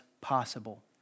possible